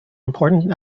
important